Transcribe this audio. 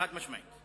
חד-משמעית.